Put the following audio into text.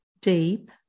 deep